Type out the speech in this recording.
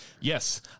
Yes